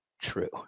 true